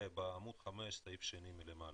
בעמוד 5, הסעיף השני מלמעלה.